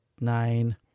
nine